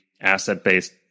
asset-based